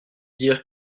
dire